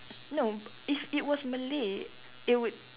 no if it was Malay it would